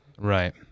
Right